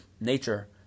nature